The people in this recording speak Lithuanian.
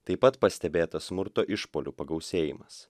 taip pat pastebėta smurto išpuolių pagausėjimas